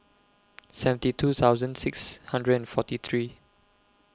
seventy two thousand six hundred and forty three